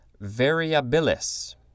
variabilis